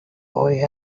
boy